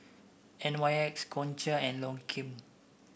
N Y X Gongcha and Lancome